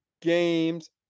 games